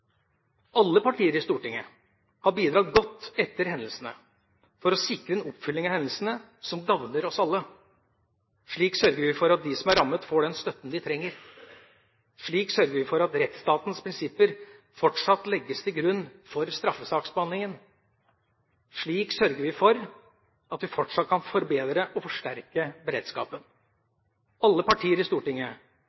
Alle partier i Stortinget har bidratt godt etter hendelsene for å sikre en oppfølging som gagner oss alle. Slik sørger vi for at de som er rammet, får den støtten de trenger. Slik sørger vi for at rettsstatens prinsipper fortsatt legges til grunn for straffesaksbehandlingen. Slik sørger vi for at vi fortsatt kan forbedre og forsterke beredskapen.